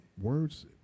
words